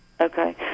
Okay